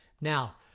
Now